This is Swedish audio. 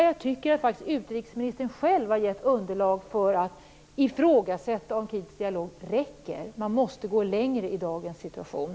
Jag tycker faktiskt att utrikesministern själv har gett underlag för att ifrågasätta om kritisk dialog räcker. Man måste gå längre, med dagens situation.